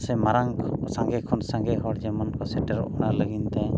ᱥᱮ ᱢᱟᱨᱟᱝ ᱥᱟᱸᱜᱮ ᱠᱷᱚᱱ ᱥᱟᱸᱜᱮ ᱦᱚᱲ ᱡᱮᱢᱚᱱ ᱥᱮᱴᱮᱨᱚᱜ ᱚᱱᱟ ᱞᱟᱹᱜᱤᱫᱛᱮ